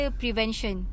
prevention